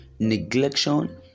neglection